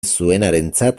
zuenarentzat